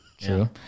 True